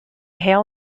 hail